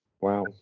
Wow